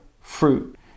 fruit